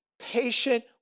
patient